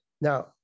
Now